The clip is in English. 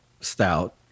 stout